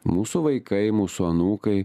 mūsų vaikai mūsų anūkai